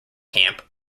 camp